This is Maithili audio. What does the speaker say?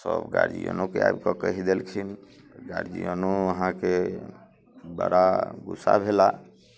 सभ गार्जियनोकेँ आबि कऽ कहि देलखिन गार्जियनो अहाँके बड़ा गुस्सा भेलाह